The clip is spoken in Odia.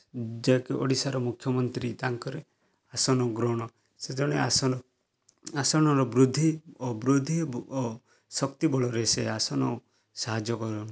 ଯେହେତୁ ଓଡ଼ିଶାର ମୁଖ୍ୟମନ୍ତ୍ରୀ ତାଙ୍କର ଆସନ ଗ୍ରହଣ ସେ ଜଣେ ଆସନ ଆସନର ବୃଦ୍ଧି ଓ ବୃଦ୍ଧି ଓ ଶକ୍ତି ବଳରେ ସେ ଆସନ ସାହାଯ୍ୟ କରନ୍ତି